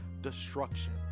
destruction